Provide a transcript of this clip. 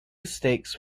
stakes